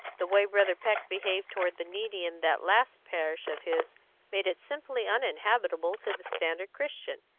the way brother peck behaved toward the needy in that last parish of his made it simply uninhabitable to the standard christian.